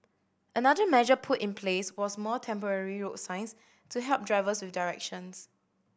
another measure put in place was more temporary road signs to help drivers with directions